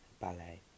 Ballet